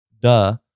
duh